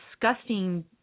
disgusting